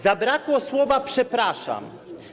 Zabrakło słowa: przepraszam.